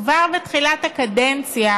כבר בתחילת הקדנציה